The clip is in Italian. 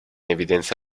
evidenza